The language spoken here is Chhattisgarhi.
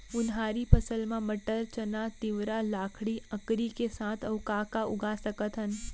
उनहारी फसल मा मटर, चना, तिंवरा, लाखड़ी, अंकरी के साथ अऊ का का उगा सकथन?